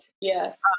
Yes